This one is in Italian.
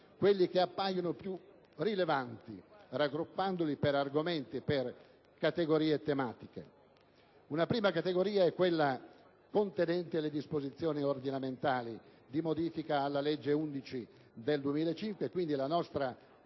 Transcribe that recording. quelli che appaiono più rilevanti, raggruppandoli per argomenti, per categorie tematiche. Una prima categoria è quella contenente le disposizioni ordinamentali di modifica della legge n. 11 del 2005, la nostra